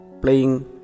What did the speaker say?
playing